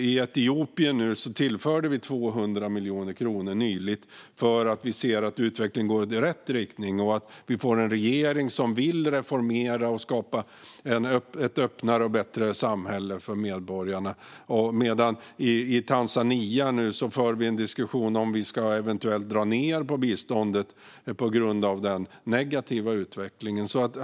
I Etiopien tillförde vi nyligen 200 miljoner kronor för att vi ser att utvecklingen går i rätt riktning och att landet får en regering som vill reformera och skapa ett öppnare och bättre samhälle för medborgarna. I Tanzania för vi i stället nu en diskussion om att eventuellt dra ned på biståndet på grund av den negativa utvecklingen.